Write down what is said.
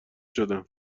شدم